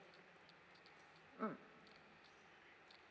mm